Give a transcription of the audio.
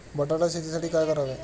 बटाटा शेतीसाठी काय करावे?